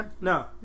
No